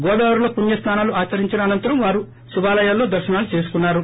గోదావరిలో పుణ్యస్నానాలు ఆచరించిన అనంతరం వారు శివాలయాల్లో దర్శనాలు చేసుకున్నారు